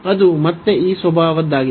ಅದು ಮತ್ತೆ ಈ ಸ್ವಭಾವದ್ದಾಗಿದೆ